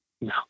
No